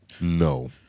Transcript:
no